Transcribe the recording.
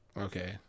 okay